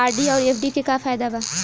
RD आउर FD के का फायदा बा?